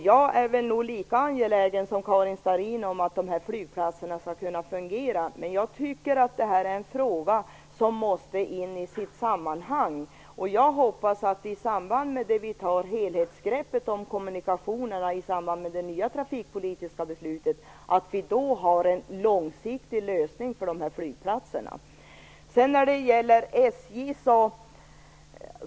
Jag är lika angelägen som Karin Starrin om att dessa flygplatser skall kunna fungera, men jag tycker att det är en fråga som måste in i sitt sammanhang. Jag hoppas att vi har en långsiktig lösning för dessa flygplatser när vi tar helhetsgreppet om kommunikationerna i samband med det nya trafikpolitiska beslutet. Nästa fråga gällde SJ.